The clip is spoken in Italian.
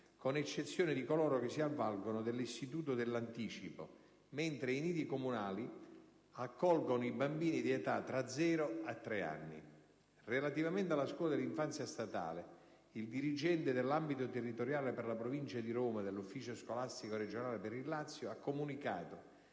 con l'eccezione di coloro che si avvalgono dell'istituto dell'anticipo, mentre i nidi comunali accolgono i bambini di età tra zero e tre anni. Relativamente alla scuola dell'infanzia statale, il dirigente dell'ambito territoriale per la Provincia di Roma dell'Ufficio scolastico regionale per il Lazio ha comunicato